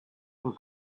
were